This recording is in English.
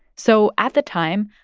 so at the time,